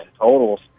totals